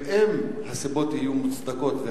ואם הסיבות יהיו מוצדקות,